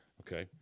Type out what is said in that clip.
Okay